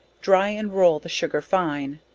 dry and roll the sugar fine,